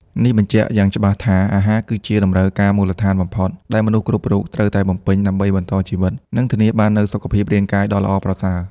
នេះបញ្ជាក់យ៉ាងច្បាស់ថាអាហារគឺជា តម្រូវការមូលដ្ឋានបំផុត ដែលមនុស្សគ្រប់រូបត្រូវតែបំពេញដើម្បីបន្តជីវិត និងធានាបាននូវសុខភាពរាងកាយដ៏ល្អប្រសើរ។